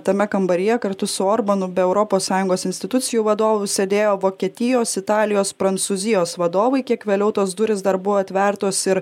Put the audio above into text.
tame kambaryje kartu su orbanu be europos sąjungos institucijų vadovų sėdėjo vokietijos italijos prancūzijos vadovai kiek vėliau tos durys dar buvo atvertos ir